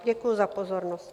Děkuji za pozornost.